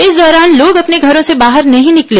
इस दौरान लोग अपने घरों से बाहर नहीं निकले